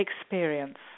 experience